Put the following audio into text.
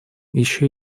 еще